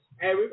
Hey